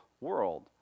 world